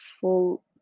full